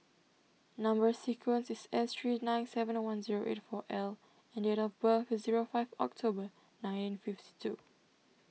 Number Sequence is S three nine seven nine one zero eight four L and date of birth is zero five October nineteen fifty two